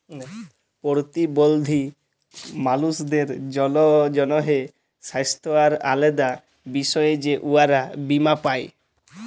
পরতিবল্ধী মালুসদের জ্যনহে স্বাস্থ্য আর আলেদা বিষয়ে যে উয়ারা বীমা পায়